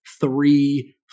Three